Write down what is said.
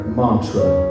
mantra